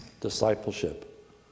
Discipleship